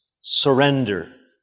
surrender